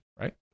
right